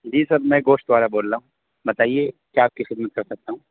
جی sir میں گوشت والا بول رہا ہوں بتائیے کیا آپ کی خدمت کر سکتا ہوں